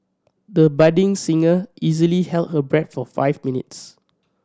the budding singer easily held her breath for five minutes